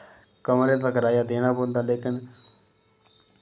कमरे दा कराया देने पौंदा लेकिन